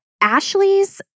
Ashley's